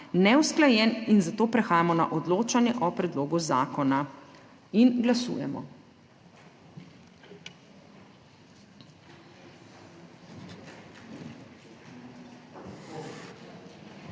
neusklajen, zato prehajamo na odločanje o predlogu zakona. Glasujemo.